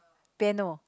piano